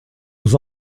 aux